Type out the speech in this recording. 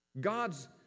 God's